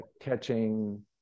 catching